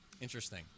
Interesting